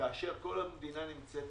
כאשר כל המדינה נמצאת